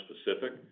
specific